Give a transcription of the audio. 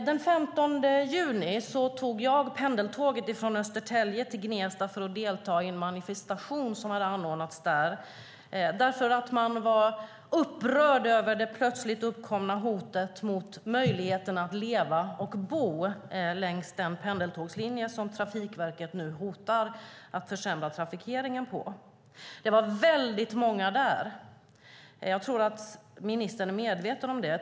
Den 15 juni tog jag pendeltåget från Östertälje till Gnesta för att delta i en manifestation som hade anordnats där eftersom man var upprörd över det plötsligt uppkomna hotet mot möjligheten att leva och bo längs den pendeltågslinje som Trafikverket nu hotar att försämra trafiken på. Det var väldigt många där. Jag tror att ministern är medveten om det.